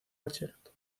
bachillerato